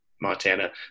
Montana